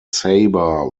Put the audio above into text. saba